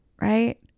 right